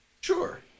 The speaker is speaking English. Sure